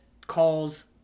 calls